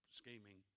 scheming